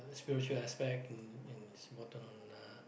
a spiritual aspect and it's important on uh